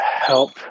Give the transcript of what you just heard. help